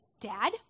dad